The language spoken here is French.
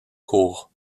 cours